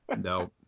No